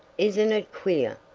isn't it queer!